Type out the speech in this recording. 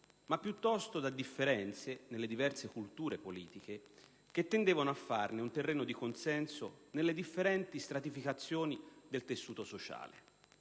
ma piuttosto da differenze nelle diverse culture politiche, che tendevano a farne un terreno di consenso nelle differenti stratificazioni del tessuto sociale.